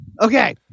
Okay